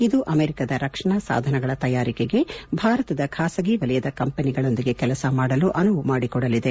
ಇದು ಅಮೆರಿಕದ ರಕ್ಷಣಾ ಸಾಧನಗಳ ತಯಾರಿಕೆಗೆ ಭಾರತದ ಖಾಸಗಿ ವಲಯದ ಕಂಪನಿಗಳೊಂದಿಗೆ ಕೆಲಸ ಮಾಡಲು ಅನುವು ಮಾಡಿಕೊದಲಿದೆ